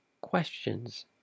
questions